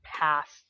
past